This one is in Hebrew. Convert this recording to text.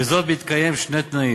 וזאת בהתקיים שני תנאים: